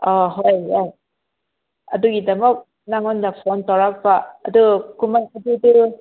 ꯑꯥ ꯍꯣꯏ ꯌꯥꯏ ꯑꯗꯨꯒꯤꯗꯃꯛ ꯅꯪꯉꯣꯟꯗ ꯐꯣꯟ ꯇꯧꯔꯛꯄ ꯑꯗꯣ ꯀꯨꯝꯍꯩ ꯍꯥꯏꯕꯗꯨ